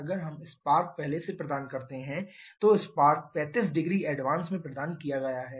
अगर हम स्पार्क पहले प्रदान करते हैं तो स्पार्क 350 एडवांस में प्रदान किया गया है